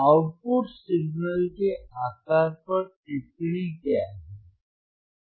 output signal के आकार पर टिप्पणी क्या है